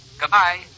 Goodbye